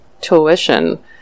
tuition